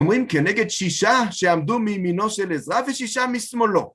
אמורים כנגד שישה שעמדו מימנו של עזרא ושישה משמאלו